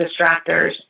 distractors